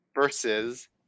versus